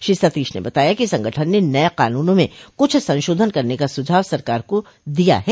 श्री सतीश ने बताया कि संगठन ने नये कानूनों में कुछ संशोधन करने का सुझाव सरकार को दिया है